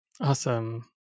Awesome